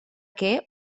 que